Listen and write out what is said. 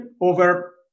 over